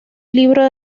libro